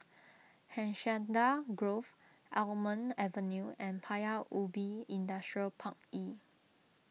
Hacienda Grove Almond Avenue and Paya Ubi Industrial Park E